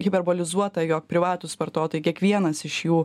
hiperbolizuota jog privatūs vartotojai kiekvienas iš jų